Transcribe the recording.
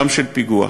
גם של פיגוע.